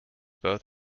both